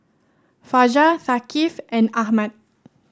Fajar Thaqif and Ahmad